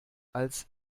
als